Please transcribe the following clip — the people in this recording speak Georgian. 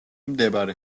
მდებარე